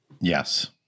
Yes